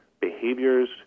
behaviors